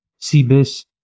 CBIS